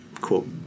quote